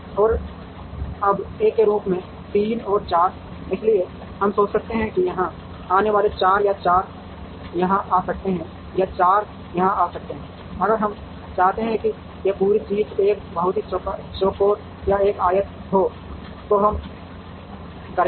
और अब A के रूप में 3 और 4 इसलिए हम सोच सकते हैं कि यहाँ आने वाले 4 या 4 यहाँ आ सकते हैं या 4 यहाँ आ सकते हैं अगर हम चाहते हैं कि यह पूरी चीज़ एक बहुत ही चौकोर या एक आयत हो तो हम करेंगे